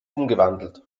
umgewandelt